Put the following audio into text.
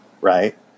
Right